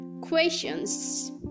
questions